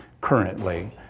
currently